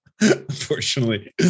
unfortunately